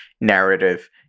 narrative